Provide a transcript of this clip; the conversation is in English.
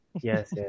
Yes